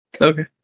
Okay